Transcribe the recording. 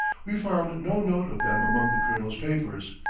we found no note of them among the colonel's papers,